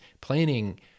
planning